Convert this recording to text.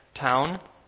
town